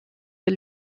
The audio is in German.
ihr